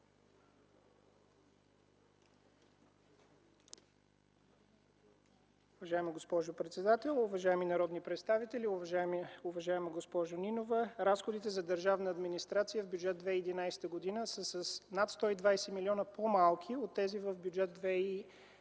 Уважаема госпожо председател, уважаеми народни представители! Уважаема госпожо Нинова, разходите за държавна администрация в Бюджет 2011 г. са с над 120 милиона по-малки от тези в Бюджет 2010 г.,